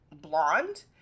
blonde